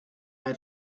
had